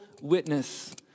witness